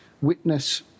witness